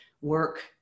work